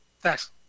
Thanks